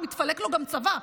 מתפלק לו גם צבא,